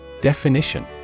Definition